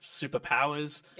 superpowers